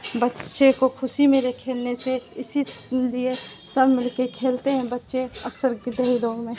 بچے کو خوشی ملے کھیلنے سے اسی لیے سب مل کے کھیلتے ہیں بچے اکثر کے دیہی لوگ میں